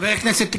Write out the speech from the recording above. חבר הכנסת גליק,